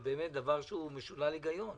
זה דבר שהוא משולל היגיון.